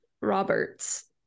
Roberts